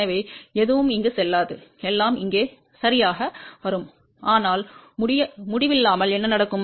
எனவே எதுவும் இங்கு செல்லாது எல்லாம் இங்கே சரியாக வரும் ஆனால் முடிவில்லாமல் என்ன நடக்கும்